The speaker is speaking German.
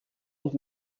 und